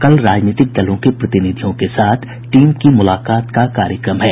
कल राजनीतिक दलों के प्रतिनिधियों के साथ टीम की मुलाकात का कार्यक्रम है